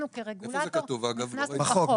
בחוק.